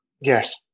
Yes